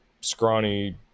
scrawny